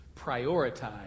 prioritize